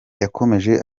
yakomeje